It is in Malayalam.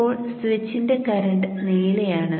ഇപ്പോൾ സ്വിച്ചിന്റെ കറന്റ് നീലയാണ്